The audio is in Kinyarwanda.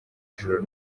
ijoro